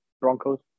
Broncos